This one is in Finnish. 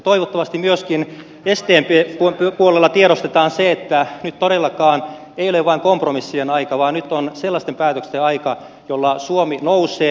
toivottavasti myöskin sdpn puolella tiedostetaan se että nyt todellakaan ei ole vain kompromissien aika vaan nyt on sellaisten päätösten aika joilla suomi nousee